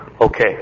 Okay